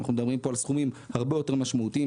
אנחנו מדברים פה על סכומים הרבה יותר משמעותיים.